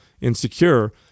insecure